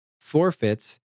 forfeits